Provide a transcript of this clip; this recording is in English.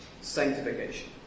sanctification